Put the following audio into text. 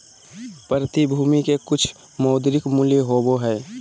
प्रतिभूति के कुछ मौद्रिक मूल्य होबो हइ